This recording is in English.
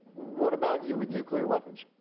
what about you with nuclear weapons?